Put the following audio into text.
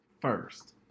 First